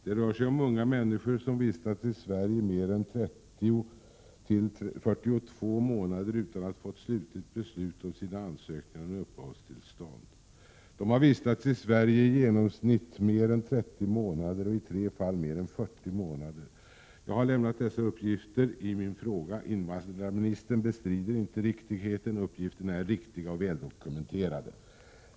Det rör sig om unga människor, som vistats i Sverige mer än 30-42 månader utan att ha fått slutligt beslut på sina ansökningar om uppehållstillstånd. De har vistats i Sverige i genomsnitt mer än 30 månader, i tre fall mer än 40 månader. Jag har lämnat dessa uppgifter i min fråga. Invandrarministern bestrider inte riktigheten. Uppgifterna är riktiga och väl dokumenterade.